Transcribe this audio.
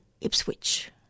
Ipswich